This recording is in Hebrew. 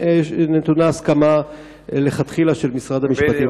ברשימה במחשב,